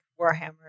Warhammer